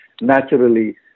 naturally